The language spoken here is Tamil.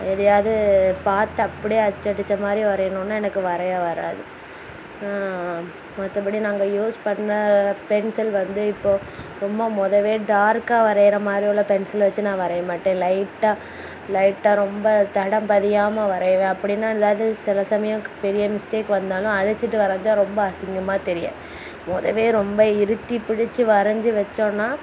எதையாவது பார்த்து அப்படியே அச்சு அடிச்ச மாதிரி வரையணும்னா எனக்கு வரைய வராது மற்றபடி நாங்கள் யூஸ் பண்ண பென்சில் வந்து இப்போது ரொம்ப முதவே டார்க்காக வரைகிற மாதிரி உள்ள பென்சில் வச்சு நான் வரையமாட்டேன் லைட்டாக லைட்டாக ரொம்ப தடம் பதியாமல் வரையுவேன் அப்படின்னா ஏதாவது சில சமயம் பெரிய மிஸ்டேக் வந்தாலும் அலைச்சிட்டு வரஞ்சால் ரொம்ப அசிங்கமாக தெரியும் முதவே ரொம்ப இறுக்கி பிடிச்சு வரைஞ்சி வச்சோம்னா